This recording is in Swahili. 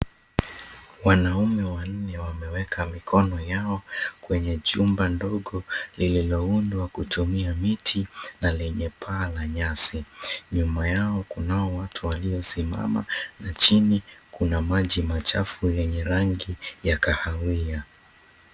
Wanaume wanne wameweka mikono yao kwenye jumba ndogo lililoundwa kutumia miti na lenye paa la nyasi. Nyuma yao kunao watu waliosimama na chini kuna maji machafu yenye rangi ya kahawia.